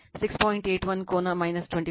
8 1 ಕೋನ 21